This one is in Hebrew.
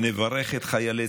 נברך את חיילי